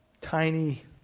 tiny